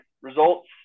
results